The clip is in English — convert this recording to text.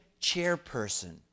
chairperson